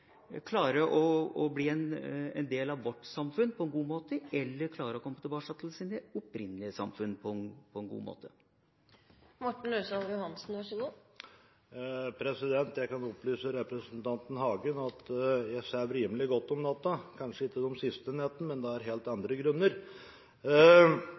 klarer å bli en del av vårt samfunn eller klarer å komme tilbake til sine opprinnelige samfunn, på en god måte. Jeg kan opplyse representanten Hagen om at jeg sover rimelig godt om natten – kanskje ikke de siste nettene, men det